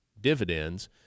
dividends